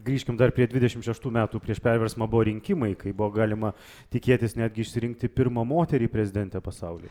grįžkim dar prie dvidešimt šeštų metų prieš perversmą buvo rinkimai kai buvo galima tikėtis netgi išsirinkti pirmą moterį prezidentę pasaulyje